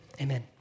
Amen